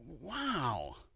Wow